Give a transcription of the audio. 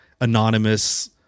anonymous